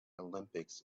olympics